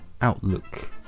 outlook